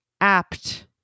apt